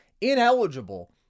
ineligible